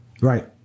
right